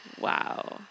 Wow